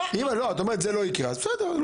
את אומרת שזה לא יקרה, אז בסדר.